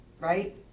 right